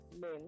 men